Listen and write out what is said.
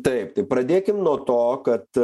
taip tai pradėkim nuo to kad